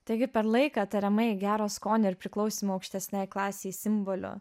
taigi per laiką tariamai gero skonio ir priklausymo aukštesnei klasei simbolio